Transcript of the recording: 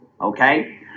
okay